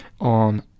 on